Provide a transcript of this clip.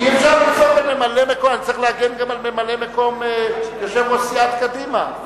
אני צריך להגן גם על ממלא-מקום יושב-ראש סיעת קדימה.